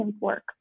work